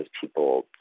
people